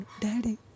Daddy